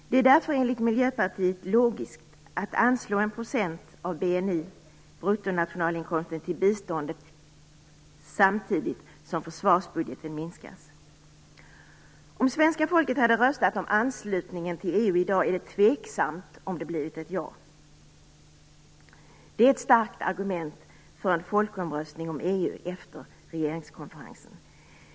Därför är det enligt Miljöpartiets mening logiskt att anslå 1 % av BNI, bruttonationalinkomsten, till biståndet samtidigt som försvarsbudgeten minskas. EU i dag, är det tveksamt om det hade blivit ett ja. Det är ett starkt argument för en folkomröstning om EU efter regeringskonferensen.